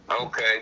Okay